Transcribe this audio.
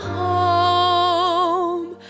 home